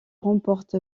remporte